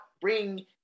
bring